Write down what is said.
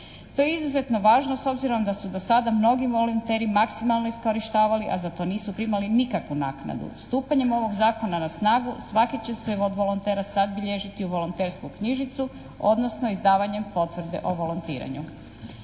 To je izuzetno važno s obzirom da su do sada mnogi volonteri maksimalno iskorištavali a za to nisu primali nikakvu naknadu. Stupanjem ovog zakona na snagu svaki će se od volontera sad bilježiti u volontersku knjižicu odnosno izdavanjem potvrde o volontiranju.